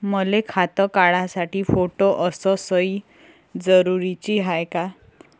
मले खातं काढासाठी फोटो अस सयी जरुरीची हाय का?